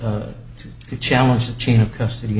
to challenge the chain of custody